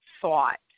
thought